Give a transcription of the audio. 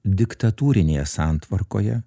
diktatūrinėje santvarkoje